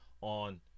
on